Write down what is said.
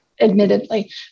admittedly